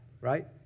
Right